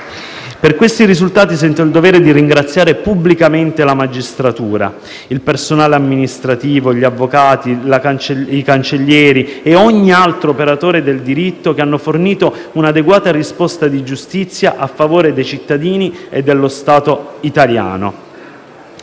Per questi risultati sento il dovere di ringraziare pubblicamente la magistratura, il personale amministrativo, gli avvocati, i cancellieri e ogni altro operatore del diritto che hanno fornito un'adeguata risposta di giustizia a favore dei cittadini e dello Stato italiano.